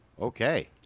Okay